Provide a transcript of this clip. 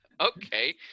Okay